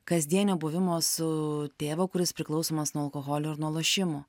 kasdienio buvimo su tėvu kuris priklausomas nuo alkoholio ir nuo lošimų